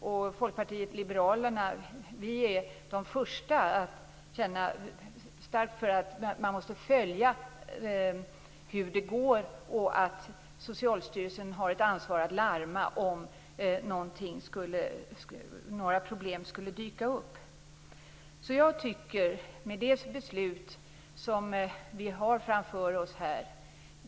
Vi i Folkpartiet liberalerna är de första att känna starkt för att man måste följa hur det går. Socialstyrelsen har ett ansvar att larma om några problem skulle dyka upp. Jag tycker med det är dags för det beslut vi har framför oss här.